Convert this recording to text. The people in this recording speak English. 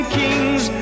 kings